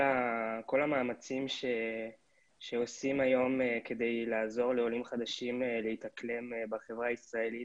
המאמצים שעושים היום כדי לעזור לעולים חדשים להתאקלם בחברה הישראלית